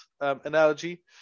analogy